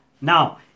Now